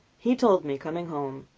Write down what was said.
he told me, coming home,